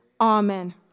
Amen